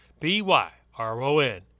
B-Y-R-O-N